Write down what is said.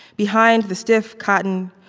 behind the stiff cotton,